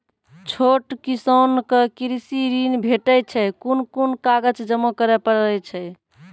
छोट किसानक कृषि ॠण भेटै छै? कून कून कागज जमा करे पड़े छै?